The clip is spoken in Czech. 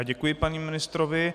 Děkuji panu ministrovi.